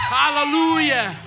hallelujah